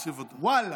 ואללה.